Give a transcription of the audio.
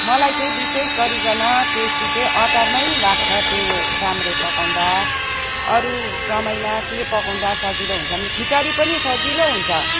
मलाई चाहिँ विशेष गरिकन टेस्टी चाहिँ अचारमै लाग्छ त्यो चाम्रे पकाउँदा अरू समयमा के पकाउँदा सजिलो हुन्छ भने खिचडी पनि सजिलो हुन्छ